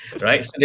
right